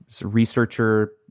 researcher